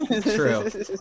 True